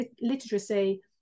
literacy